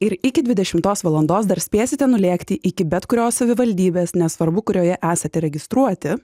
ir iki dvidešimtos valandos dar spėsite nulėkti iki bet kurios savivaldybės nesvarbu kurioje esate registruoti